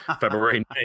February